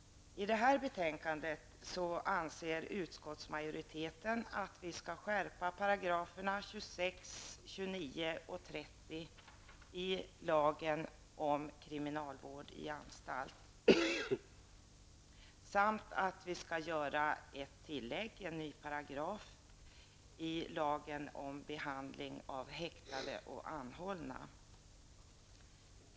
I detta betänkande anser utskottsmajoriteten att 26, 29 och 30 §§ i lagen om kriminalvård i anstalt skall skärpas. Det anses dessutom att vi skall göra ett tillägg i form av en ny paragraf i lagen om behandling av häktade och anhållna.